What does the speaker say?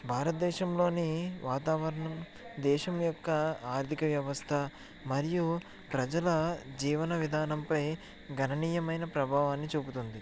భారతదేశంలోని వాతావరణం దేశం యొక్క ఆర్థిక వ్యవస్థ మరియు ప్రజల జీవన విధానంపై గణనీయమైన ప్రభావాన్ని చూపుతుంది